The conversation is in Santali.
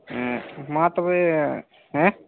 ᱢᱟ ᱛᱚᱵᱮ ᱦᱮᱸ